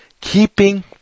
keeping